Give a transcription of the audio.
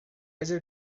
idir